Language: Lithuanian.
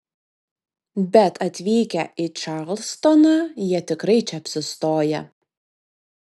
bet atvykę į čarlstoną jie tikrai čia apsistoja